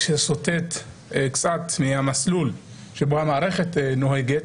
שסוטה קצת מהמסלול שבו המערכת נוהגת,